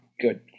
Good